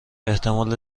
احتمال